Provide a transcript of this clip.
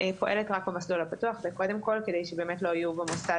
פועלת רק במסלול הפתוח וקודם כל כדי שבאמת לא יהיו במוסד,